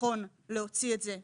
נכון להוציא את זה למכרז,